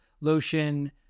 lotion